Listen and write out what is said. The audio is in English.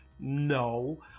No